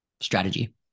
strategy